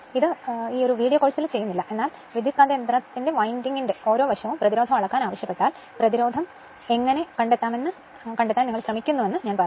ഇത് ഞാൻ ഈ വീഡിയോ കോഴ്സിൽ ചെയ്യുന്നില്ല എന്നാൽ ട്രാൻസ്ഫോർമർ വിൻഡിംഗിന്റെ ഓരോ വശവും പ്രതിരോധം അളക്കാൻ ആവശ്യപ്പെട്ടാൽ പ്രതിരോധം എങ്ങനെ കണ്ടെത്താമെന്ന് കണ്ടെത്താൻ നിങ്ങൾ ശ്രമിക്കുന്നുവെന്ന് ഞാൻ പറയുന്നു